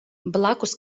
blakus